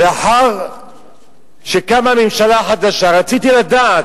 ולאחר שקמה ממשלה חדשה רציתי לדעת.